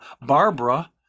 Barbara